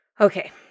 Okay